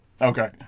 Okay